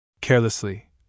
Carelessly